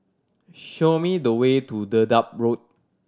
show me the way to Dedap Road